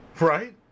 Right